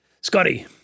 Scotty